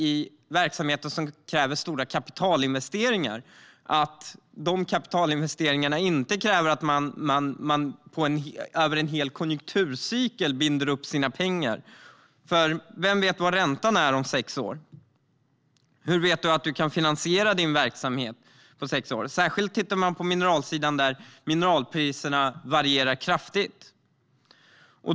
I verksamheter som kräver stora kapitalinvesteringar är det naturligtvis bättre om dessa investeringar inte kräver att man binder upp sina pengar för en hel konjunkturcykel. Vem vet vad räntan är om sex år? Hur vet man att man kan finansiera sin verksamhet om sex år? Särskilt tittar man på mineralsidan, där mineralpriserna varierar kraftigt.